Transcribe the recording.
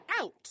out